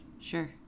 Sure